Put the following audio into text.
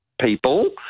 people